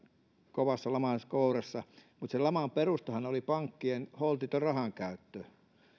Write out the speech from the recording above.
kovassa laman kourassa mutta sen laman perustahan oli pankkien holtiton rahankäyttö